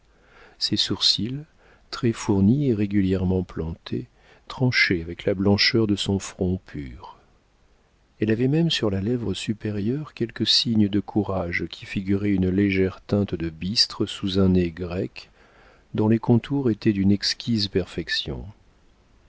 ses sourcils très fournis et régulièrement plantés tranchaient avec la blancheur de son front pur elle avait même sur la lèvre supérieure quelques signes de courage qui figuraient une légère teinte de bistre sous un nez grec dont les contours étaient d'une exquise perfection